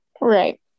right